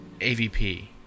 AVP